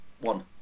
One